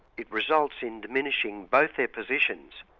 it results in diminishing both their positions.